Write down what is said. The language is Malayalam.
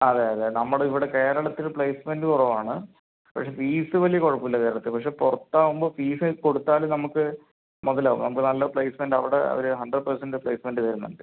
അതെ അതെ നമ്മൾ ഇവിടെ കേരളത്തില് പ്ലേസ്മെൻറ്റ് കുറവ് ആണ് പക്ഷെ ഫീസ് വലിയ കുഴപ്പം ഇല്ല കേരളത്തിൽ പക്ഷെ പുറത്ത് ആകുമ്പോൾ ഫീസ് കൊടുത്താല് നമുക്ക് മൊതൽ ആവും നമുക്ക് നല്ല പ്ലേസ്മെൻറ്റ് അവിടെ ഒര് ഹണ്ട്രഡ് പെർസെൻറ്റ് പ്ലേസ്മെൻറ്റ് വരുന്നുണ്ട്